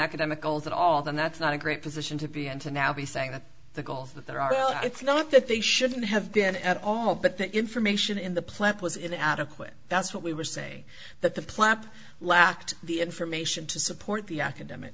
academic goals at all then that's not a great position to be in to now be saying that the goals that there are well it's not that they shouldn't have been at all but the information in the plant was inadequate that's what we were say that the plop lacked the information to support the academic